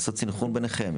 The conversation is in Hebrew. ולעשות סנכרון ביניכם.